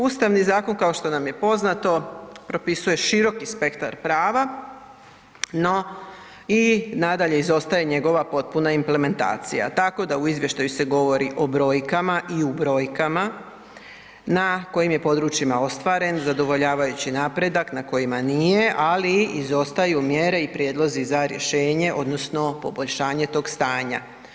Ustavni zakon kao što nam je poznato, propisuje široki spektar prava no i nadalje izostaje njegova potpuna implementacija tako da u izvještaju se govori o brojkama i u brojkama, na kojim područjima je ostvaren zadovoljavajući napredak, na kojima nije ali izostaju mjere i prijedlozi za rješenje odnosno poboljšanje tog stanja.